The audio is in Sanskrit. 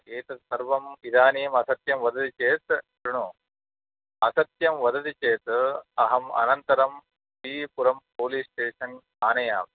एतत् सर्वम् इदानीम् असत्यं वदति चेत् श्रुणो असत्यं वदति चेत् अहम् अनन्तरं V V Puram police station आनयामि